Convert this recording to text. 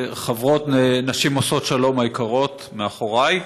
חברות נשים עושות שלום היקרות מאחוריי,